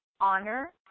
Honor